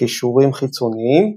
קישורים חיצוניים